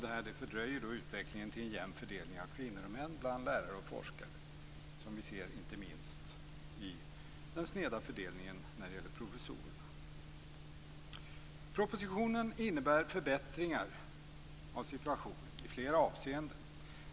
Detta fördröjer utvecklingen till en jämn fördelning av kvinnor och män bland lärare och forskare. Det ser vi inte minst i den sneda fördelningen när det gäller professorerna. Propositionen innebär förbättringar av situationen i flera avseenden.